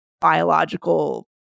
biological